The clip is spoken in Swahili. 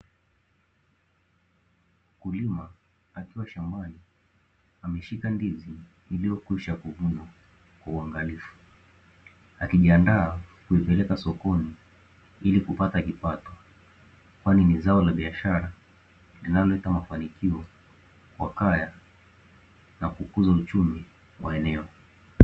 Mkulima akiwa shambani, ameshika ndizi iliyokwisha kuvunwa kwa uangalifu. Akijiandaa kuipeleka sokoni ili kupata kipato, kwani ni zao la biashara linaloleta mafanikio kwa kaya na kukuza uchumi wa eneo.